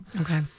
Okay